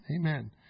Amen